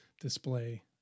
display